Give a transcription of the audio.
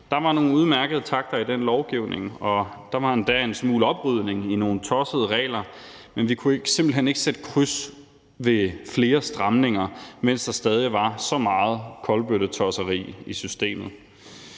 Der var nogle udmærkede takter i den lovgivning, og der var endda en smule oprydning i nogle tossede regler; men vi kunne simpelt hen ikke sætte kryds ved flere stramninger, mens der stadig var så meget kolbøttetosseri i systemet.